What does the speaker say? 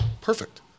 perfect